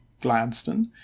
Gladstone